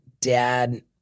dad